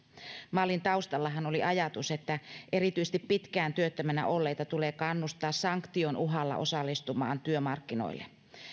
mallin taustallahan oli ajatus että erityisesti pitkään työttömänä olleita tulee kannustaa sanktion uhalla osallistumaan työmarkkinoille